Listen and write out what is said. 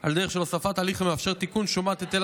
על דרך של הוספת הליך המאפשר תיקון שומת היטל